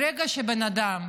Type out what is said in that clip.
ברגע שבן אדם,